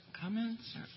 comments